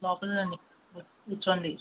లోపలకి రండి కూర్చోండి